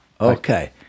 Okay